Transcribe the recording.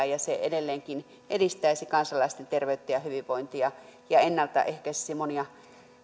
ja se edelleenkin edistäisi kansalaisten terveyttä ja hyvinvointia ja ennalta ehkäisisi monia